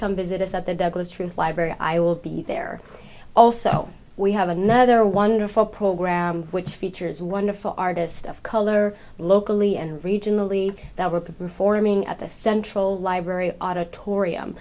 come visit us at the douglas truth library i will be there also we have another wonderful program which features wonderful artist of color locally and regionally that were performing at the central library auditorium